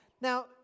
Now